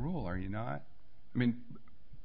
rule are you not i mean